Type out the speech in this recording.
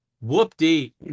Whoop-dee